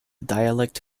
dialect